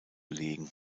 legen